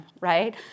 Right